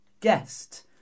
guest